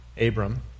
Abram